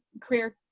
career